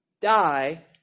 die